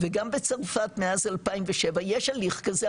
וגם בצרפת מאז 2007 יש הליך כזה,